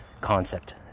concept